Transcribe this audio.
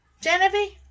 Genevieve